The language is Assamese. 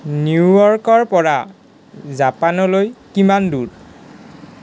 নিউয়ৰ্কৰ পৰা জাপানলৈ কিমান দূৰ